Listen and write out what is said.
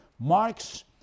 Marx